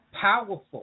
powerful